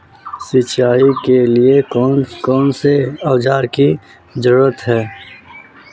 सिंचाई के लिए कौन कौन से औजार की जरूरत है?